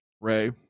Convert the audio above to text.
Ray